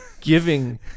giving